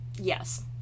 Yes